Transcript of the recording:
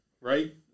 right